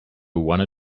wanna